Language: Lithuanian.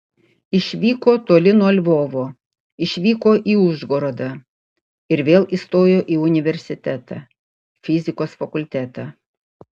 išvyko toli nuo lvovo išvyko į užgorodą ir vėl įstojo į universitetą fizikos fakultetą